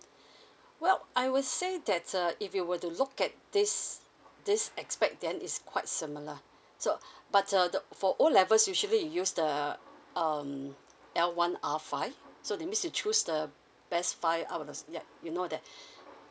well I would say that uh if you were to look at this this aspect then is quite similar so but uh the for O levels usually you use the um L one R five so that means you choose the best five out of yet you know that